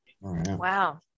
Wow